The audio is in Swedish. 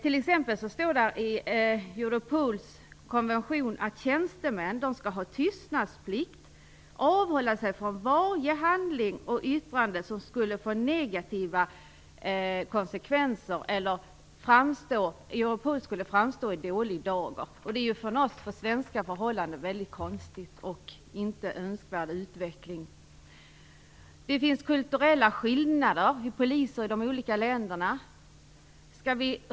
I Europols konvention står det t.ex. att tjänstemän skall ha tystnadsplikt, avhålla sig från varje handling och yttrande som skulle få negativa konsekvenser eller göra så att Europol framstod i dålig dager. Det låter för svenska förhållanden väldigt konstigt och inte som en önskvärd utveckling. Det finns kulturella skillnader mellan polis i de olika länderna.